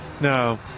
No